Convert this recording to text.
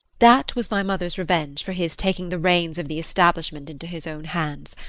that was my mother's revenge for his taking the reins of the establishment into his own hands.